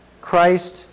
Christ